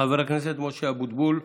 חבר הכנסת משה אבוטבול,